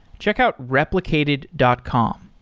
checkout replicated dot com.